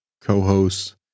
co-hosts